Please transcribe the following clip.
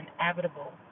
inevitable